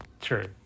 True